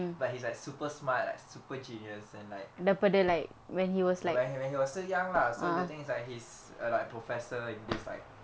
but he's like super smart like super genius and like when he when he was still young lah so the thing is like he's err like professor in this like